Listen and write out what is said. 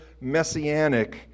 messianic